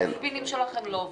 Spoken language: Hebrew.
ה'ספינים' שלכם לא עובדים.